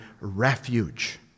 refuge